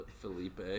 Felipe